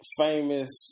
famous